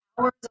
hours